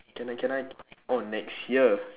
can I can I orh next year